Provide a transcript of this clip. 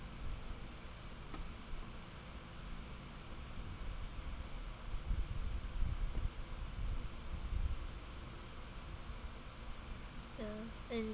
ya and